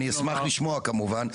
אני אשמח לשמוע כמובן.